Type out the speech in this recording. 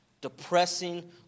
depressing